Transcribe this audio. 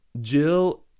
Jill